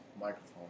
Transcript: microphone